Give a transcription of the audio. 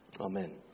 Amen